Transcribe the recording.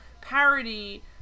parody